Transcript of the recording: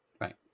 Right